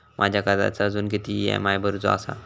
माझ्या कर्जाचो अजून किती ई.एम.आय भरूचो असा?